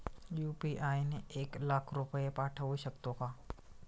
UPI ने एक लाख रुपये पाठवू शकतो का?